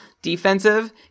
defensive